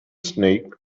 snake